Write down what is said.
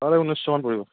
চাৰে ঊনৈছশ মান পৰিব